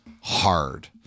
hard